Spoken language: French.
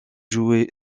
joué